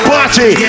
Party